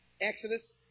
Exodus